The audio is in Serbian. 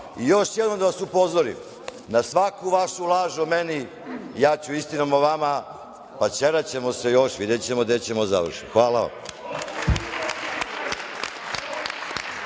šefa. Još jednom da vas upozorim. Na svaku vašu laž o meni, ja ću istinom o vama, pa ćeraćemo se još. Videćemo gde ćemo da završimo. Hvala.